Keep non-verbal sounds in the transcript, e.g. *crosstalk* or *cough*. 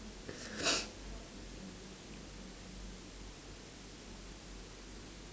*noise*